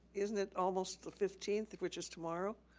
isn't it almost the fifteenth which is tomorrow?